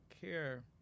care